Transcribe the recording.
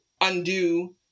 undo